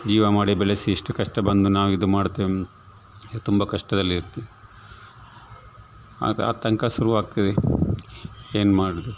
ಜೀವ ಮಾಡಿ ಬೆಳೆಸಿ ಇಷ್ಟು ಕಷ್ಟ ಬಂದು ನಾವು ಇದು ಮಾಡ್ತೇವು ಅಂದು ತುಂಬ ಕಷ್ಟದಲ್ಲಿ ಇರ್ತೆ ಆಗ ಆತಂಕ ಶುರುವಾಗ್ತದೆ ಏನು ಮಾಡೋದು